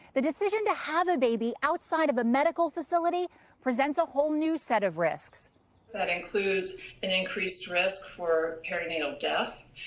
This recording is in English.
the decision to have a baby outside of a medical facility presents a whole new set of risks that includes an increased risk for perinatal death,